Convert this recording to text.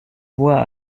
voie